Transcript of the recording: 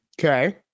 Okay